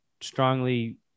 strongly